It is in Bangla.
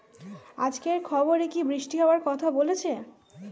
আজকের খবরে কি বৃষ্টি হওয়ায় কথা বলেছে?